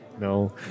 No